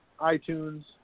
iTunes